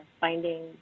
finding